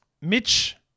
Mitch